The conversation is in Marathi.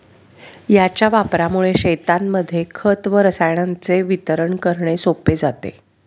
याच्या वापरामुळे शेतांमध्ये खत व रसायनांचे वितरण करणे सोपे जाते